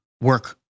work